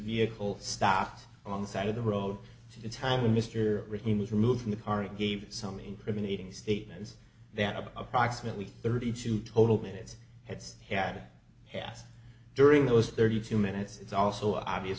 vehicle stopped on the side of the road to the time when mr rivkin was removed from the current gave some incriminating statements that about approximately thirty two total minutes heads had passed during those thirty two minutes it's also obvious